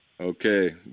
Okay